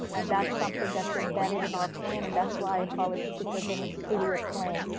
and that's something that's embedded in our plan. and that's why i call it, it's a very fluid plan.